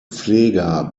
pfleger